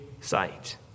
sight